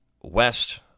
west